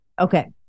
Okay